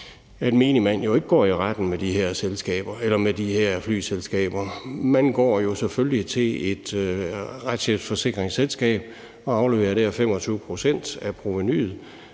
den menige mand ikke går i retten med de her flyselskaber. Man går selvfølgelig til et retshjælpsforsikringsselskab og afleverer dér 25 pct. af provenuet,